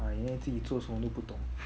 !aiya! 弟你自己做什么都不懂